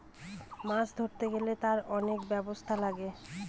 মাছ ধরতে গেলে তার অনেক ব্যবস্থা লাগে